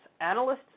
Analysts